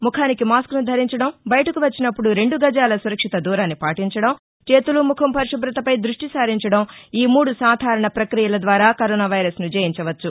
ముఖానికి మాస్కును ధరించడం బయటకు వచ్చినప్పుడు రెండు గజాల సురక్షిత దూరాన్ని పాటించడం చేతులు ముఖం పరిశుభతపై దృష్టి సారించడంఈ మూడు సాధారణ ప్రక్రియల ద్వారా కరోనా వైరస్ను జయించవచ్చు